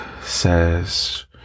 says